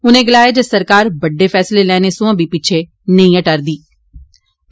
उनें गलाया जे सरकार बड्डे फैसले लैने सोया बी पिच्छे नेईं हटा रदी ऐ